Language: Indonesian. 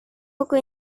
buku